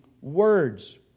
words